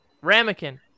ramekin